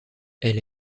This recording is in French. elle